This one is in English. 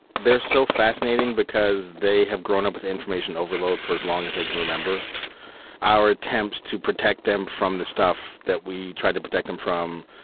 they're so fascinating because they have grown up with information overload for as long as they can remember our attempts to protect them from the stuff that we tried to protect them from.